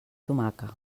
tomaca